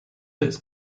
its